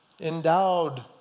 endowed